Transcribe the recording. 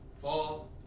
fall